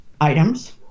items